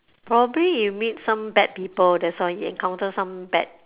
probably you meet some bad people that's why you encounter some bad